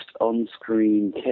on-screen